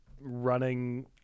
running